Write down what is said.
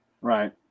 right